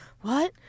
what-